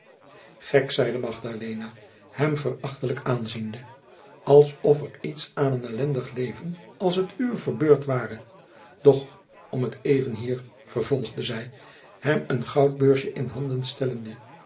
gek zeide magdalena hem verachtelijk aanziende als of er iets aan een elendig leven als het uwe verbeurd ware doch om t even hier vervolgde zij hem een goudbeursje in handen stellende